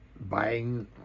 buying